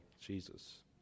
Jesus